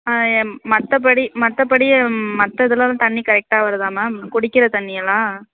ஆ மற்றபடி மற்றபடி மற்ற இதெல்லாம் தண்ணி கரெக்டாக வருதா மேம் குடிக்கிற தண்ணியெல்லாம்